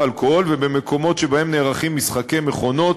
אלכוהול ובמקומות שבהם נערכים משחקי מכונות,